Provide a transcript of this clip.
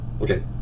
Okay